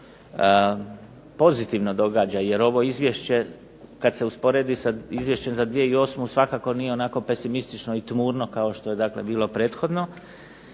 pozitivno događa, jer ovo izvješće kad se usporedi sa izvješćem za 2008. svakako nije onako pesimistično i tmurno kao što je dakle bilo prethodno,